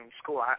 school